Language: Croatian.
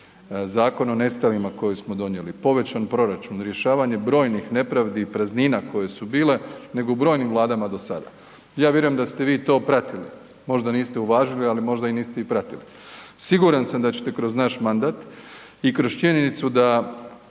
Zakon o nestalima koji smo donijeli, povećan proračun, rješavanje brojnih nepravdi i praznina koje su bile nego u brojnim vladama do sada. Ja vjerujem da ste vi to pratili, možda niste uvažili, ali možda i niste pratili. Siguran sam da ćete kroz naš mandat i kroz činjenicu da